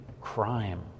crime